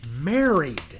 married